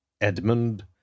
Edmund